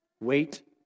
Wait